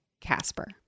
Casper